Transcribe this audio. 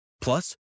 Plus